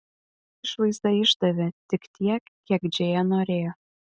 išvaizda išdavė tik tiek kiek džėja norėjo